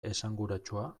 esanguratsua